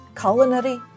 culinary